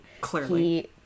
Clearly